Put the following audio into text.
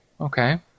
Okay